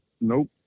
Nope